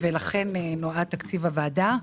לכך נועד תקציב הוועדה.